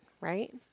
right